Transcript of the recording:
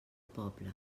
poble